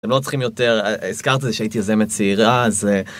לא צריכים יותר הזכרת זה שהיית יזמת צעירה אז.